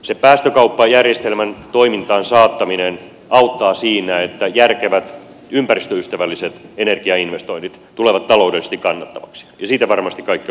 se päästökauppajärjestelmän toimintaan saattaminen auttaa siinä että järkevät ympäristöystävälliset energiainvestoinnit tulevat taloudellisesti kannattavaksi ja siitä varmasti kaikki olemme samaa mieltä